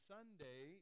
Sunday